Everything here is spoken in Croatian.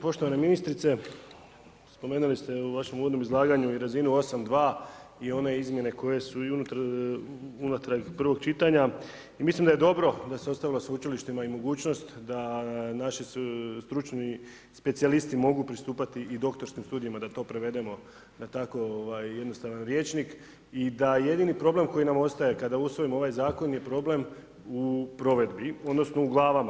Poštovana ministrice spomenuli ste u vašem uvodnom izlaganju i razinu 8.2. i one izmjene koje su i unatrag prvog čitanja i mislim da je dobro da se ostavilo sveučilištima i mogućnost da naši stručni specijalisti mogu pristupati i doktorskim studijima da to prevedemo na tako jednostavan rječnik i da jedini problem koji nam ostaje kada usvojimo ovaj zakon je problem u provedbi odnosno u glavama.